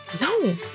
No